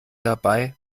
dabei